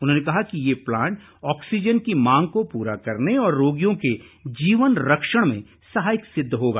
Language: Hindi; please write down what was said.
उन्होंने कहा कि ये प्लांट ऑक्सीजन की मांग को पूरा करने और रोगियों के जीवन रक्षण में सहायक सिद्ध होगा